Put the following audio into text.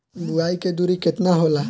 बुआई के दूरी केतना होला?